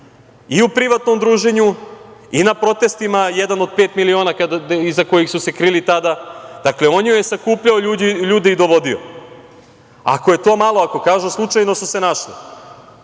i u privatnom druženju i na protestima „Jedan od pet miliona“, iza kojih su se krili tada. Dakle, on joj je sakupljao ljude i dovodio. Ako je to malo, ako kažu slučajno su se našli,